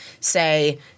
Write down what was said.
say